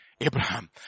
Abraham